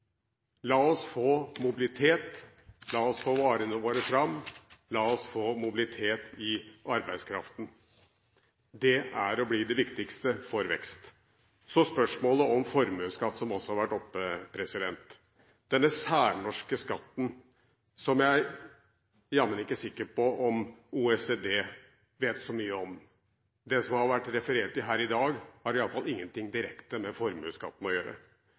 La oss få mobilitet, la oss få varene våre fram, la oss få mobilitet i arbeidskraften. Det er og blir det viktigste for vekst. Så til spørsmålet om formuesskatt, som også har vært oppe – denne særnorske skatten som jeg jammen ikke er sikker på om OECD vet så mye om. Det som har vært referert her i dag, har i alle fall ingenting direkte med formuesskatten å gjøre.